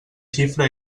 xifra